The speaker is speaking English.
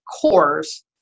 cores